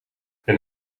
een